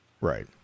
Right